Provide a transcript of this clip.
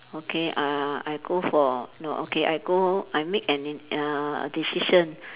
okay uh I go for no okay I go I make an uh a decision